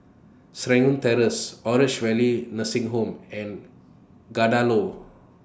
Terrace Orange Valley Nursing Home and Kadaloor